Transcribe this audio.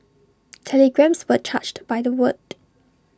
telegrams were charged by the word